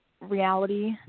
reality